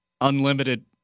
unlimited